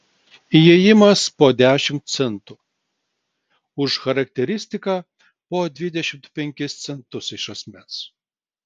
įėjimas po dešimt centų už charakteristiką po dvidešimt penkis centus iš asmens